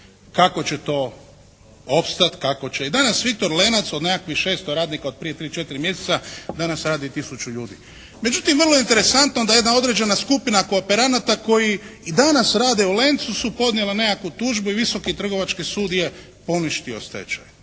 kako će to opstati, kako će. I danas "Viktor Lenac" od nekakvih 600 radnika od prije 3, 4 mjeseca danas radi tisuću ljudi. Međutim vrlo je interesantno da jedna određena skupina kooperanata koji i danas rade u "Lencu" su podnijela nekakvu tužbu i Visoki trgovački sud je poništio stečaj.